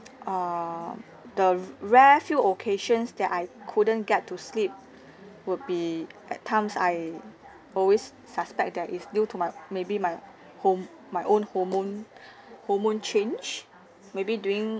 err the rare few occasions that I couldn't get to sleep would be like times I always suspect that is due to my maybe my horm~ my own hormone hormone change maybe during